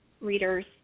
readers